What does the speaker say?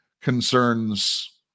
concerns